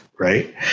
right